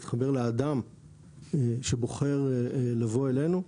להתחבר לאדם שבוחר לבוא אלינו,